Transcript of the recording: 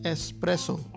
Espresso